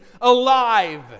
alive